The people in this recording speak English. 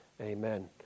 Amen